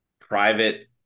private